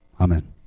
Amen